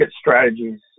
strategies